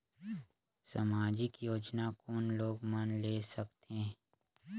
समाजिक योजना कोन लोग मन ले सकथे?